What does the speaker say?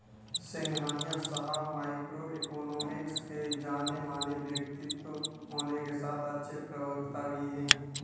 सिंघानिया साहब micro economics के जानेमाने व्यक्तित्व होने के साथ अच्छे प्रवक्ता भी है